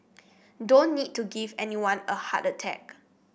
don't need to give anyone a heart attack